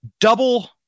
double